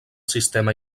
sistema